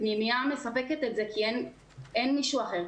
הפנימייה מספקת את זה כי אין מישהו אחר.